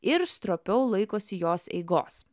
ir stropiau laikosi jos eigos